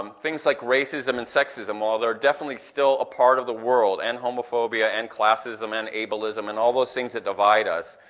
um things like racism and sexism, while they are definitely a ah part of the world, and homophobia and classism and ableism and all those things that divide us,